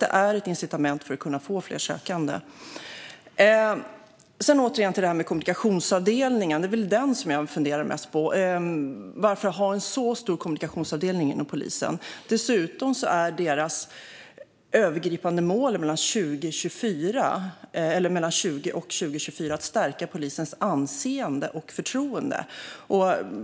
Det är ett incitament för att få fler sökande. Låt mig återigen ta upp frågan om kommunikationsavdelningen. Det är den frågan jag funderar mest på. Varför ha en så stor kommunikationsavdelning inom polisen? Dessutom är det övergripande målet för 2020-2024 att stärka polisens anseende och förtroende.